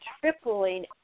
tripling